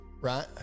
right